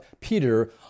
Peter